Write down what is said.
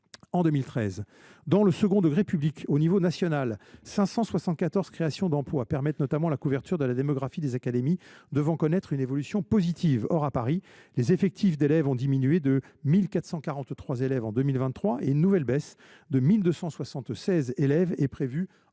en 2013. Dans le second degré public, à l’échelle nationale, 574 créations d’emplois permettent notamment la couverture de la démographie des académies devant connaître une évolution positive. Or, à Paris, les effectifs d’élèves ont diminué de 1 443 élèves en 2023, et une nouvelle baisse de 1 276 élèves est prévue